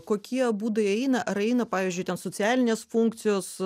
kokie būdai įeina ar įeina pavyzdžiui ten socialinės funkcijos